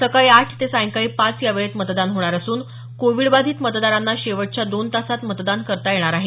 सकाळी आठ ते सायंकाळी पाच यावेळेत मतदान होणार असून कोविड बाधित मतदारांना शेवटच्या दोन तासांत मतदान करता येणार आहे